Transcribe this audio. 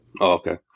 Okay